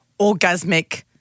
orgasmic